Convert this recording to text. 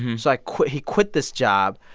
so i quit he quit this job.